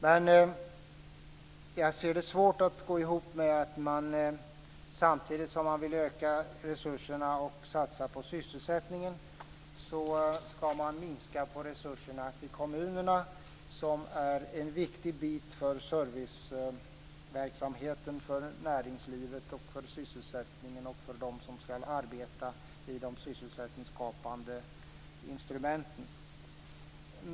Men jag ser det svårt att få ihop detta med att man, samtidigt som man vill öka resurserna och satsa på sysselsättningen, skall minska på resurserna till kommunerna som är en viktig bit för serviceverksamheten, näringslivet, sysselsättningen och för dem som skall arbeta i de sysselsättningsskapande instrumenten.